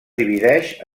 divideix